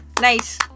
Nice